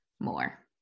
more